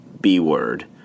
B-word